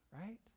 right